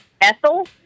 Ethel